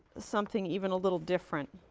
something even a little different,